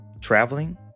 traveling